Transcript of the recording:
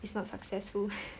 it's not successful